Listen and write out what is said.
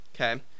Okay